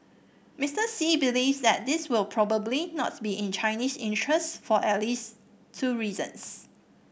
Mister Xi believes that this will probably not be in Chinese interest for at least two reasons